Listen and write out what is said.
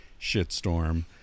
shitstorm